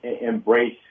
embrace